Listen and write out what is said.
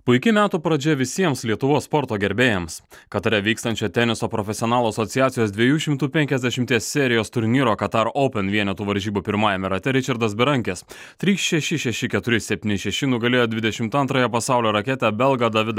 puiki metų pradžia visiems lietuvos sporto gerbėjams katare vykstančio teniso profesionalų asociacijos dviejų šimtų penkiasdešimties serijos turnyro kataro oupen vienetų varžybų pirmajame rate ričardas berankis trys šeši šeši keturi septyni šeši nugalėjo dvidešimt antrąją pasaulio raketę belgą davidą